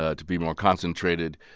ah to be more concentrated.